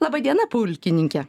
laba diena pulkininke